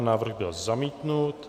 Návrh byl zamítnut.